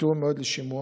ותיאום מועד לשימוע.